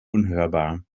unhörbar